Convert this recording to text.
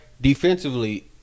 Defensively